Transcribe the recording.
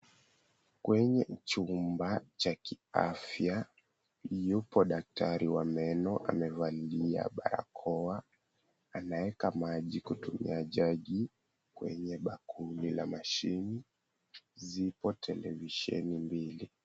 Kwenye chumba cha kiafya, yupo daktari wa meno amevalia barakoa. Anaweka maji kutumia jagi. Kwenye bakuli la mashine zipo televisheni mbili.